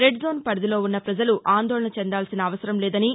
red zone పరిధిలో ఉన్న ప్రజలు ఆందోళన చెందాల్సిన అవసరం లేదని